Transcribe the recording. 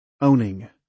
Owning